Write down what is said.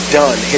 done